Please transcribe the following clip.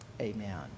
Amen